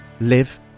live